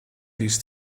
these